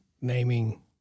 naming